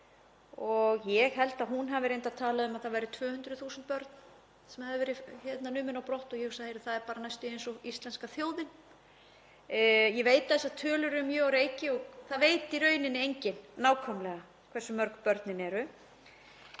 Ég held að hún hafi reyndar talað um að það væru 200.000 börn sem hefðu verið numin á brott og ég hugsaði: Heyrðu, það er næstum eins og íslenska þjóðin. Ég veit að þessar tölur eru mjög á reiki og það veit í rauninni enginn nákvæmlega hversu mörg börnin eru